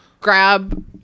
grab